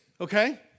okay